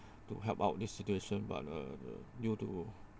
to help out this situation but uh the due to